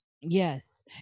yes